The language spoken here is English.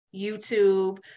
YouTube